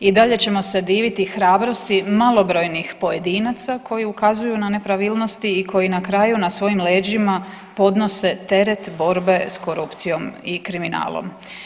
I dalje ćemo se diviti hrabrosti malobrojnih pojedinaca koji ukazuju na nepravilnosti i koji na kraju na svojim leđima podnose teret borbe s korupcijom i kriminalom.